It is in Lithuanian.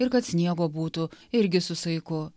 ir kad sniego būtų irgi su saiku